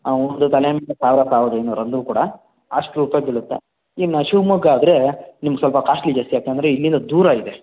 ಒಂದು ತಲೆ ಮೇಲೆ ಸಾವಿರ ಸಾವಿರದೈನೂರು ಅಂದರೂ ಕೂಡ ಅಷ್ಟು ರೂಪಾಯಿ ಬೀಳುತ್ತೆ ಇನ್ನು ಶಿವಮೊಗ್ಗ ಆದರೆ ನಿಮಗೆ ಸ್ವಲ್ಪ ಕಾಶ್ಲಿ ಜಾಸ್ತಿಯಾಗತ್ತೆ ಅಂದರೆ ಇಲ್ಲಿಂದ ದೂರ ಇದೆ